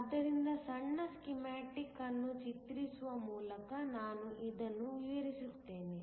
ಆದ್ದರಿಂದ ಸಣ್ಣ ಸ್ಕೀಮ್ಯಾಟಿಕ್ ಅನ್ನು ಚಿತ್ರಿಸುವ ಮೂಲಕ ನಾನು ಇದನ್ನು ವಿವರಿಸುತ್ತೇನೆ